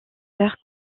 faire